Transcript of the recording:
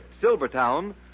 Silvertown